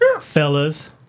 fellas